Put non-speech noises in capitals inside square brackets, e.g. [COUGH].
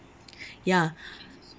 [BREATH] ya [BREATH]